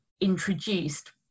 introduced